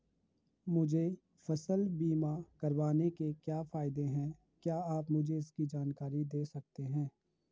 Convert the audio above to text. मुझे फसल बीमा करवाने के क्या फायदे हैं क्या आप मुझे इसकी जानकारी दें सकते हैं?